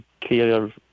clear